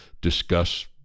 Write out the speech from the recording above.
discuss